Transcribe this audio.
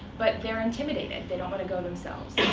but they're intimidated. they don't want to go themselves.